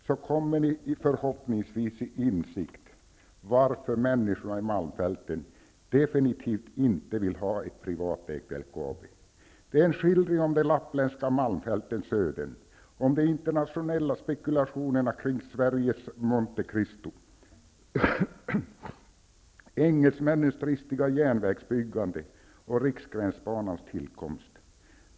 Då kommer ni förhoppningsvis till insikt om varför människorna i Malmfälten definitivt inte vill ha ett privatägt LKAB. Krönikan är en skildring om de lappländska malmfältens öden, om de internationella spekulationerna kring Sveriges ''Monte Cristo'', om engelsmännens dristiga järnvägsbyggande och om Riksgränsbanans tillkomst.